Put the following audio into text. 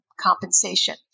compensation